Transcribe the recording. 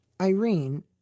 Irene